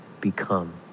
become